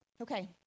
Okay